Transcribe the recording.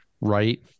right